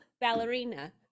ballerina